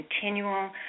continual